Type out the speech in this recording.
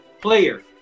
player